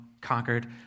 conquered